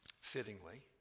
Fittingly